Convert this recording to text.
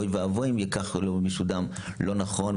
אוי ואבוי אם מישהו ייקח לו דם לא נכון,